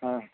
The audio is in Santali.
ᱦᱮᱸᱜ